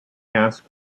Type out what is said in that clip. asked